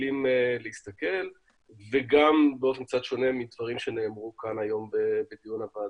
רגילים להסתכל וגם באופן קצת שונה מדברים שנאמרו כאן בדיון בוועדה.